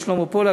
לשלמה פולק,